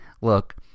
look